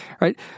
Right